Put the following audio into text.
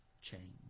change